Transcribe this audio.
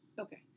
Okay